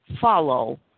follow